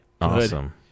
Awesome